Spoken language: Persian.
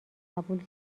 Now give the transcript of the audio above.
قبول